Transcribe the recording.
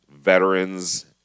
veterans